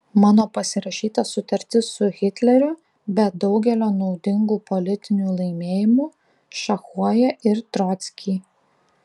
mano pasirašyta sutartis su hitleriu be daugelio naudingų politinių laimėjimų šachuoja ir trockį